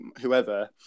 whoever –